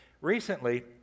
recently